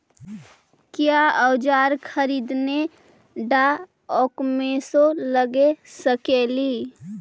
क्या ओजार खरीदने ड़ाओकमेसे लगे सकेली?